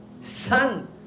Son